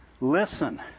Listen